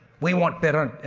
we want better